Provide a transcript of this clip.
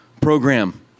program